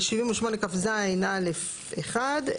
בסעיף 78כז(א)(1),